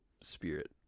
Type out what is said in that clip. spirit